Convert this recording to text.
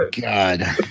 God